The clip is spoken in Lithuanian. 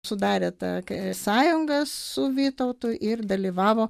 sudarė tą ką sąjungą su vytautu ir dalyvavo